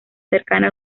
cercana